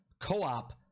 co-op